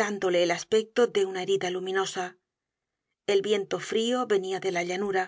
dándole el aspecto de una herida luminosa un viento frio venia de la llanura